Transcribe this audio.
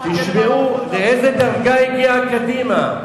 תשמעו לאיזו דרגה הגיעה קדימה.